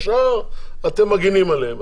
ישר אתם מגנים עליהם.